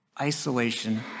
Isolation